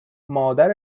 مادر